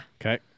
Okay